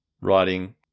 writing